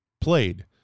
played